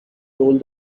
told